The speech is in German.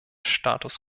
status